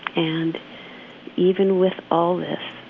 and even with all this,